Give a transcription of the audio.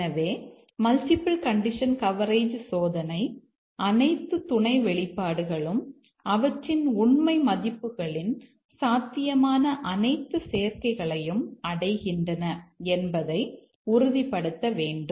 எனவே multiple condition coverage சோதனை அனைத்து துணை வெளிப்பாடுகளும் அவற்றின் உண்மை மதிப்புகளின் சாத்தியமான அனைத்து சேர்க்கைகளையும் அடைகின்றன என்பதை உறுதிப்படுத்த வேண்டும்